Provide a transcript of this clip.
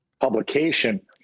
publication